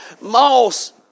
Moss